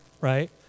right